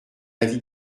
avis